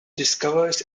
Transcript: discovers